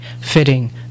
fitting